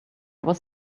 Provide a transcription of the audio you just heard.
was